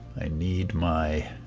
i need my